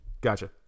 gotcha